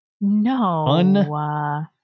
No